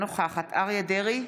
אינה נוכחת אריה מכלוף דרעי,